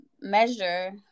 measure